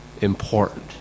important